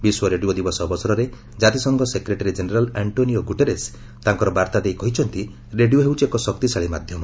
ବିଶ୍ୱ ରେଡିଓ ଦିବସ ଅବସରରେ କାତିସଂଘ ସେକ୍ରେଟେରି କେନେରାଲ ଆଙ୍କୋନିଓ ଗୁଟେରସ୍ ତାଙ୍କର ବାର୍ତ୍ତା ଦେଇ କହିଛନ୍ତି ରେଡିଓ ହେଉଛି ଏକ ଶକ୍ତିଶାଳି ମାଧ୍ୟମ